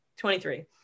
23